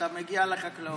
אתה מגיע לחקלאות.